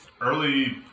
Early